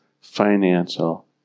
financial